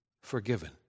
forgiven